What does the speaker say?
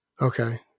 Okay